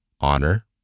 honor